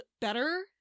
better